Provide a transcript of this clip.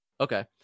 Okay